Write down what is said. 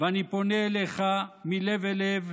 ואני פונה אליך מלב אל לב.